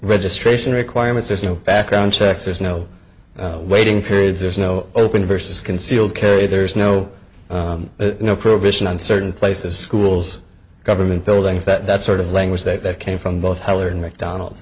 registration requirements there's no background checks there's no waiting periods there's no open versus concealed carry there's no no prohibition on certain places schools government buildings that sort of language that came from both heller and mcdonald